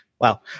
Wow